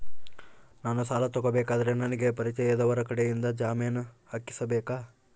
ನಾನು ಸಾಲ ತಗೋಬೇಕಾದರೆ ನನಗ ಪರಿಚಯದವರ ಕಡೆಯಿಂದ ಜಾಮೇನು ಹಾಕಿಸಬೇಕಾ?